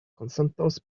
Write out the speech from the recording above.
konsentos